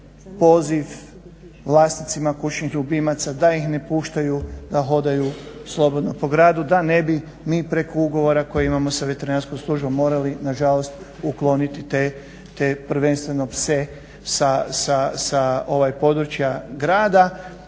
poziv vlasnicima kućnih ljubimaca da ih ne puštaju da hodaju slobodno po gradu da ne bi mi preko ugovora koji imamo sa veterinarskom službom morali nažalost ukloniti te prvenstveno pse sa područja grada.